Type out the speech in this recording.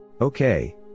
okay